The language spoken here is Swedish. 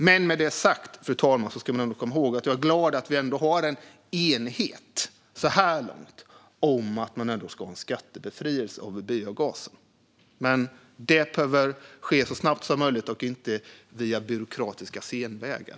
Men med det sagt, fru talman, ska man ändå komma ihåg att jag är glad att vi har en enighet så här långt om att det ska vara en skattebefrielse för biogasen. Men detta behöver ske så snabbt som möjligt och inte via byråkratiska senvägar.